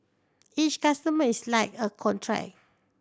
each customer is like a contract